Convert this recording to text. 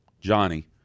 Johnny